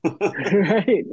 Right